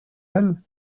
elle